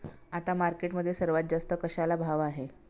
आता मार्केटमध्ये सर्वात जास्त कशाला भाव आहे?